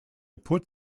put